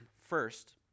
First